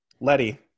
Letty